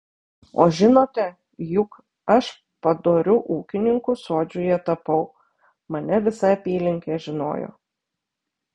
o žinote juk aš padoriu ūkininku sodžiuje tapau mane visa apylinkė žinojo